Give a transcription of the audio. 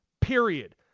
period